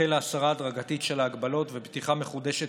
החלה הסרה הדרגתית של ההגבלות ופתיחה מחודשת